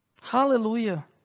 Hallelujah